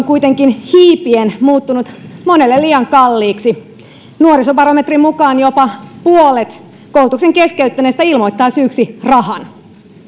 kuitenkin hiipien muuttuneet monelle liian kalliiksi nuorisobarometrin mukaan jopa puolet koulutuksen keskeyttäneistä ilmoittaa syyksi rahan